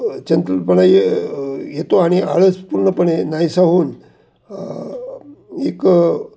चंचलपणा ये येतो आणि आळस पूर्णपणे नाहीसा होऊन एक